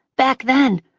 back then,